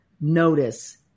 notice